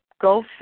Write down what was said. Go